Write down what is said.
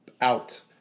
out